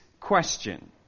question